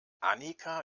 annika